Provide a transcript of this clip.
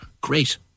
great